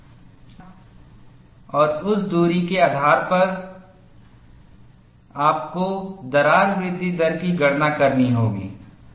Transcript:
और उस धारीयां और उस दूरी के आधार पर आपको दरार वृद्धि दर की गणना करनी होगी